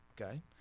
Okay